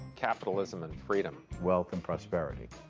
capitalism and freedom. wealth and prosperity.